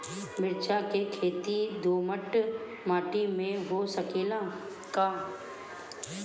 मिर्चा के खेती दोमट माटी में हो सकेला का?